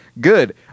Good